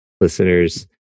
listeners